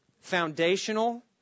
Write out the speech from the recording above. foundational